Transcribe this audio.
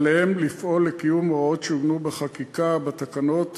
עליהם לפעול לקיום הוראות שעוגנו בחקיקה ובתקנות